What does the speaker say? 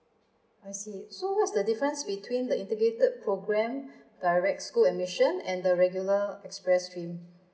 I see so what's the difference between the integrated program direct school admission and the regular express stream